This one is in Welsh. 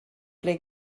ble